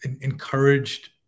encouraged